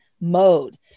mode